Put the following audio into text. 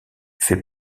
fait